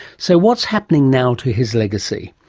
so what's happening now to his legacy?